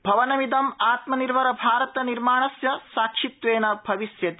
भवनमिदं आत्मनिर्भर भारत निर्माणस्य साक्षित्वेन भविष्यति